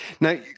now